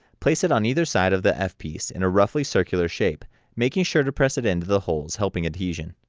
place it on either side of the f piece in a roughly circular shape making sure to press it into the holes helping adhesion.